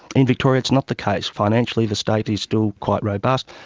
in victoria, it's not the case. financially the state is still quite robust,